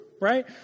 right